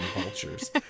vultures